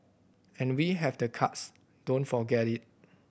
and we have the cards don't forget it